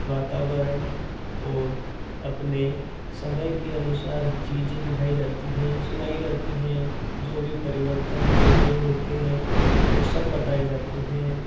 वातावरण और अपने समय के अनुसार चीज़ें दिखाई जाती हैं सुनाई जाती हैं जो भी परिवर्तन हो रहे होते हैं वो सब बताए जाते है